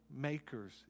makers